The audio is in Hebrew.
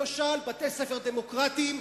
למשל בתי-ספר דמוקרטיים,